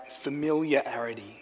familiarity